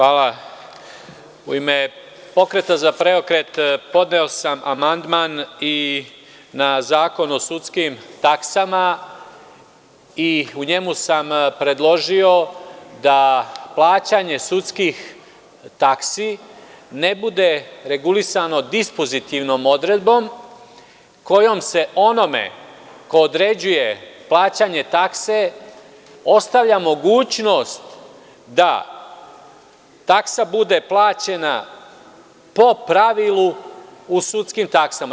Hvala, u ime Pokreta za PREOKRET podneo sam amandman i na Zakon o sudskim taksama i u njemu sam predložio da plaćanje sudskih taksi ne bude regulisano dispozitivnom odredbom kojom se onome ko određuje plaćanje takse ostavlja mogućnost da taksa bude plaćena po pravilu u sudskim taksama.